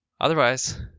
Otherwise